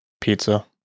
pizza